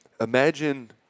imagine